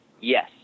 Yes